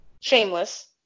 Shameless